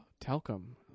Talcum